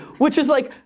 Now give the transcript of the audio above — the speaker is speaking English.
which is, like,